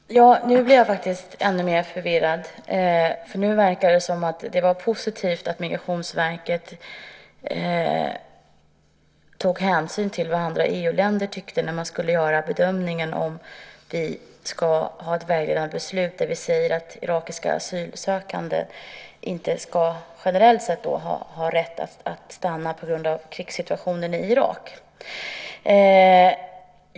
Herr talman! Nu blev jag faktiskt ännu mer förvirrad. Nu verkar det som att det var positivt att Migrationsverket tog hänsyn till vad andra EU-länder tyckte när man skulle göra bedömningen om vi ska ha ett vägledande beslut där vi säger att irakiska asylsökande inte generellt ska ha rätt att stanna på grund av krigssituationen i Irak.